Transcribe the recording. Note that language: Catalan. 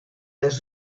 les